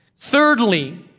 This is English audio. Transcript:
Thirdly